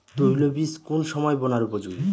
তৈল বীজ কোন সময় বোনার উপযোগী?